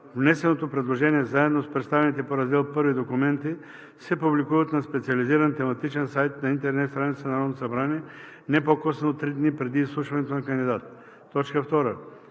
Внесеното предложение, заедно с представените по Раздел I документи, се публикуват на специализиран тематичен сайт на интернет страницата на Народното събрание не по-късно от 3 дни преди изслушването на кандидата. 2.